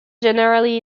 generally